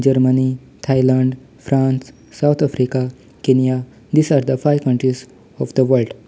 Germany Thailand France South Africa Kenya this are the five countries of the world